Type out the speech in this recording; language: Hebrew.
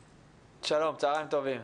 שלום, צוהריים טובים.